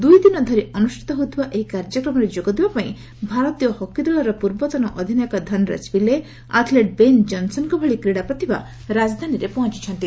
ଦୁଇ ଦିନ ଧରି ଅନୁଷ୍ଷିତ ହେଉଥିବା ଏହି କାର୍ଯ୍ୟକ୍ରମରେ ଯୋଗ ଦେବା ପାଇଁ ଭାରତୀୟ ହକି ଦଳର ପ୍ରବ୍ବତନ ଅଧିନାୟକ ଧନରାଜ ପିଲେ ଆଥ୍ଲେଟ୍ ବେନ୍ ଜନ୍ସନ୍ଙ ଭଳି କ୍ରୀଡ଼ା ପ୍ରତିଭା ରାଜଧାନୀରେ ପହଞିଛନ୍ତି